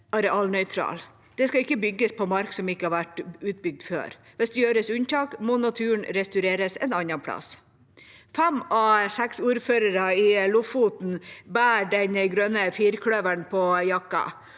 arealnøytrale. Det skal ikke bygges på mark som ikke har vært utbygd før. Hvis det gjøres unntak, må naturen restaureres en annen plass. Fem av seks ordførere i Lofoten bærer den grønne firkløveren på jakken,